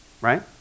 right